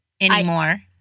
anymore